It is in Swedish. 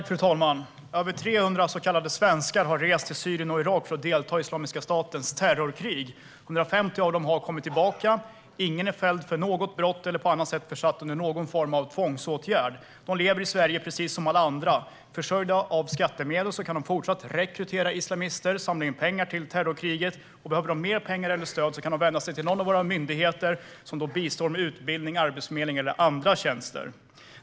Fru talman! Över 300 så kallade svenskar har rest till Syrien och Irak för att delta i Islamiska statens terrorkrig. Av dem har 150 kommit tillbaka. Ingen är fälld för något brott eller på annat sätt försatt under någon form av tvångsåtgärd. De lever i Sverige precis som alla andra. Försörjda av skattemedel kan de fortsätta rekrytera islamister och samla in pengar till terrorkriget, och behöver de mer pengar eller stöd kan de vända sig till någon av våra myndigheter, som då bistår med utbildning, arbetsförmedling eller andra tjänster.